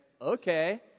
okay